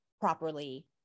properly